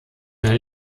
mehr